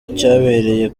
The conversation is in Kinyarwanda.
cyabereye